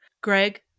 Greg